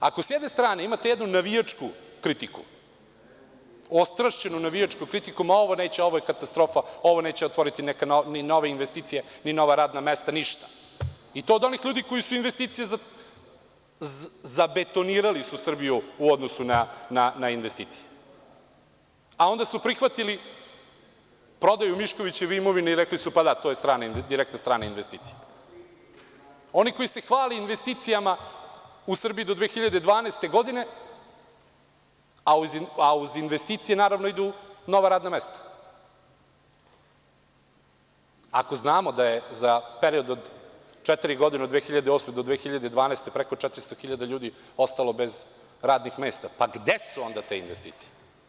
Ako sa jedne strane imate jednu navijačku kritiku, ostrašćenu navijačku kritiku – ovo neće, ovo je katastrofa, ovo neće otvoriti neke nove investicije, ni nova radna mesta, ništa i to od onih ljudi koji su investicija zabetonirali su Srbiju u odnosu na investicije, a onda su prihvatili prodaju Miškovićeve imovine i rekli su – pa, da to je direktna strana investicija, oni koji se hvale investicijama u Srbiji do 2012. godine, a uz investicije naravno idu nova radna mesta, ako znamo da je za period od četiri godine od 2008. do 2012. godine preko 400 hiljada ljudi ostalo bez radnih mesta, pa gde su onda te investicije?